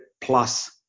plus